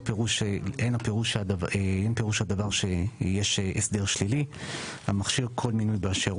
אין פירוש הדבר שיש הסדר שלילי המכשיר כל מינוי באשר